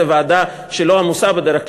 זאת ועדה שלא עמוסה בדרך כלל,